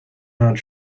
not